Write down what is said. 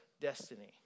destiny